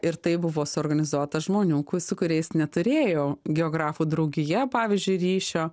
ir tai buvo suorganizuota žmonių su kuriais neturėjo geografų draugija pavyzdžiui ryšio